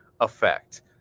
effect